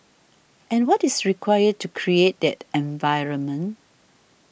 and what is required to create that environment